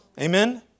Amen